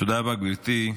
תודה רבה, גברתי.